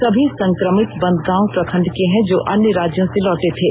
सभी संक्रमित बंदगांव प्रखंड के हैं जो अन्य राज्यों से लौटे थे